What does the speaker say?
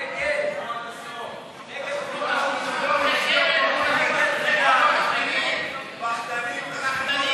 תחרימו גם כאן, פחדנים.